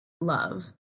love